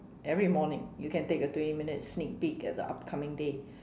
every morning you can take a twenty minute sneak peak at the upcoming day